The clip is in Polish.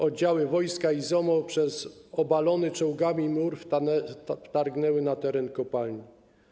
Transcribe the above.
Oddziały wojska i ZOMO przez obalony czołgami mur wtargnęły na teren kopalni.